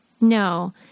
No